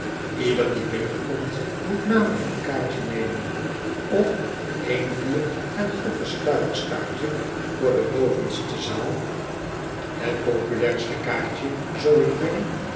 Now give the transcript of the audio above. ieder die binnenkomt moet namelijk een kaartje nemen of een vier en een halve stuiverskaartje voor de bovenste zaal